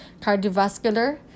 Cardiovascular